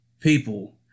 people